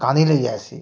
କାନ୍ଦି ନେଇ ଯାଏସି